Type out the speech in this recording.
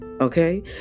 Okay